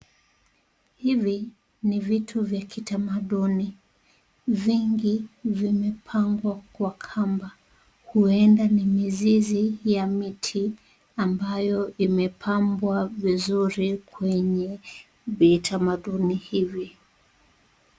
Hivi ni vitu vya kitamaduni vingi vimepangwa kwa kamba huenda ni mizizi ya miti ambayo imebambwa vizuri kwenye vitamaduni hivi.